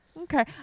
Okay